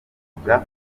bavuga